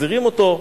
מחזירים אותו.